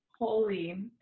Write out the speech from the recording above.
Holy